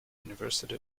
university